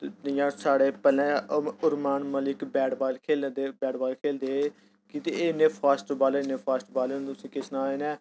इ'यां साढ़े पैह्ले उर उरमान मलिक बैट बॉल खेढा दे हे बैट बॉल खेढदे कि एह् इ'न्नै फास्ट बॉलर इ'न्नै फास्ट बॉलर तु'सेंई केह् सनांऽ इ'नें